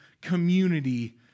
community